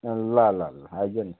ल ल ल आइज न